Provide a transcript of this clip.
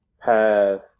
path